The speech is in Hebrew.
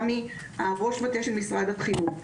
ראש המטה של משרד החינוך,